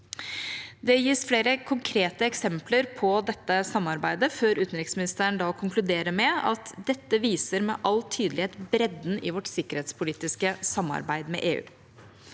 Det gis flere konkrete eksempler på dette samarbeidet, før utenriksministeren konkluderer med: «Dette viser med all tydelighet bredden i vårt sikkerhetspolitiske samarbeid med EU.»